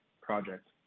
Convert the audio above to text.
projects